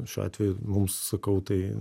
šiuo atveju mums sakau tai